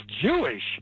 Jewish